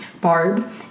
barb